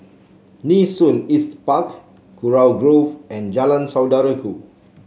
Nee Soon East Park Kurau Grove and Jalan Saudara Ku